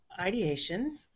ideation